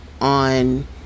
On